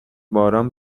باران